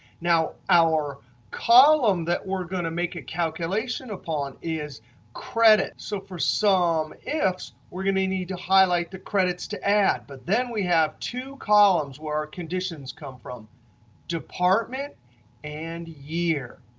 now our column that we're going to make a calculation upon is credit. so for so um sumifs we're going to need to highlight the credits to add. but then we have two columns where our conditions come from department and year.